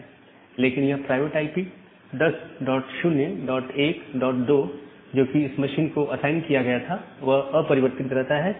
लेकिन वह private IP 10012 जो कि इस मशीन को असाइन किया गया था वह अपरिवर्तित रहता है